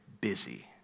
busy